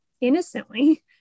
innocently